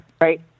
Right